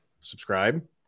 Subscribe